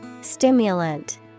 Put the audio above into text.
Stimulant